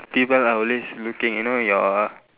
people are always looking you know your